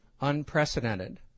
unprecedented